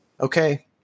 okay